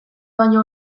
baino